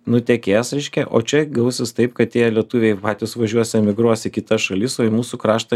nutekės reiškia o čia gausis taip kad tie lietuviai patys važiuos emigruos į kitas šalis o į mūsų kraštą